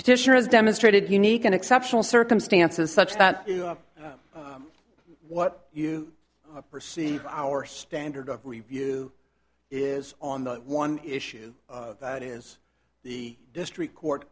petitioner has demonstrated unique and exceptional circumstances such that what you perceive our standard of review is on the one issue that is the district court